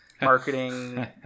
marketing